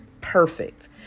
perfect